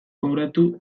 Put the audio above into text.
kobratu